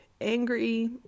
angry